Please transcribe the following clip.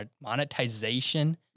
monetization